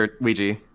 Ouija